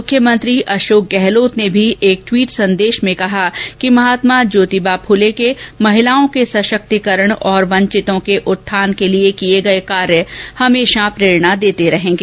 मुख्यमंत्री अशोक गहलोत ने भी एक द्वीट संदेश में कहा कि महात्मा ज्योतिबा फुले के महिलाओ के संशक्तिकरण और वंचितों के उत्थान के लिए किए गए कार्य हमेशा प्रेरणा देते रहेंगे